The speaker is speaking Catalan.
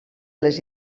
les